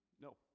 No